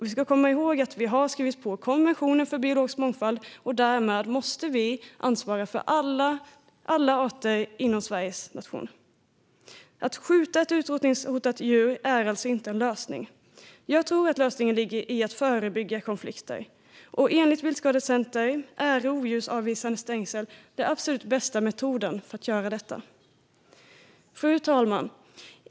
Vi ska komma ihåg att vi har skrivit på konventioner för biologisk mångfald, och därmed måste vi ansvara för alla arter inom Sveriges gränser. Att skjuta ett utrotningshotat djur är alltså inte en lösning. Jag tror att lösningen ligger i att förebygga konflikter, och enligt Viltskadecenter är rovdjursavvisande stängsel den absolut bästa metoden för att göra detta. Fru talman!